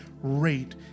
rate